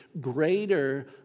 greater